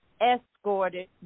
escorted